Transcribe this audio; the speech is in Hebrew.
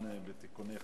(תיקוני חקיקה),